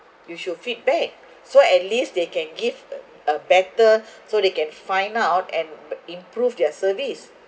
you should feedback so at least they can give uh a better so they can find out and improve their service